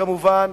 כמובן,